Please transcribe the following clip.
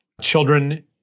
children